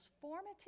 formative